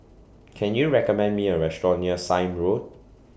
Can YOU recommend Me A Restaurant near Sime Road